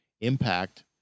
impact